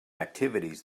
activities